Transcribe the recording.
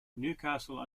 newcastle